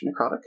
necrotic